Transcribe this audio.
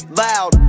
loud